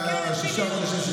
והיה שישה חודשים,